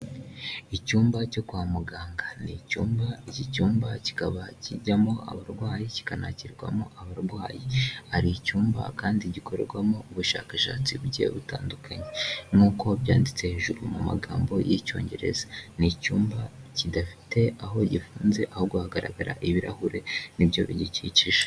Icyumba cyo kwa muganga ni icyumba iki cyumba kikaba kijyamo abarwayi ki kanagirwarwamo abarwayi hari icyumba kandi gikorerwamo ubushakashatsi bugiye butandukanye nk'uko byanditse hejuru mu magambo y'icyongereza ni icyumba kidafite aho gifunze ahubwo hagaragara ibirahure n'ibyo bigikikije.